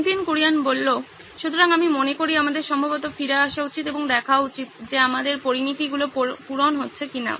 নীতিন কুরিয়ান সুতরাং আমি মনে করি আমাদের সম্ভবত ফিরে আসা উচিত এবং দেখা উচিত যে আমাদের পরীমিতিগুলি পূরণ হচ্ছে কিনা